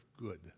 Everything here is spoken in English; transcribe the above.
good